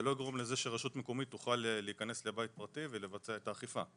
זה לא יגרום לזה שרשות מקומית תוכל להיכנס לבית פרטי ולבצע את האכיפה.